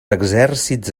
exèrcits